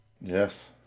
yes